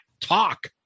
talk